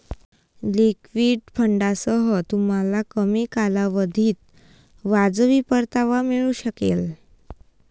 liquid फंडांसह, तुम्हाला कमी कालावधीत वाजवी परतावा मिळू शकेल